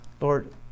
Lord